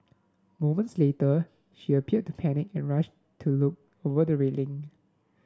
moments later she appeared to panic and rushed to look over the railing